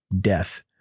death